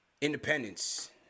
Independence